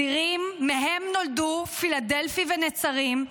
צירים שמהם נולדו פילדלפי ונצרים,